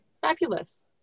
fabulous